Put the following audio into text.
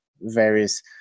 various